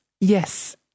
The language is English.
yes